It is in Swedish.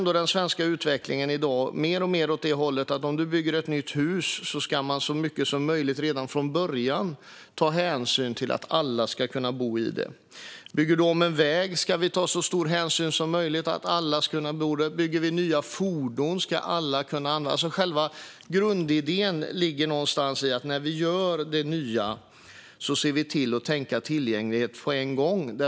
Den svenska utvecklingen går i dag mer och mer åt detta håll: När man bygger ett nytt hus ska man så mycket som möjligt redan från början ta hänsyn till att alla ska kunna bo i det. Bygger man om en väg ska man ta så stor hänsyn som möjligt till att alla ska kunna använda den. Bygger man nya fordon ska alla kunna använda dem. Själva grundidén är alltså att vi, när vi gör det nya, ser till att tänka tillgänglighet på en gång.